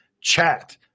chat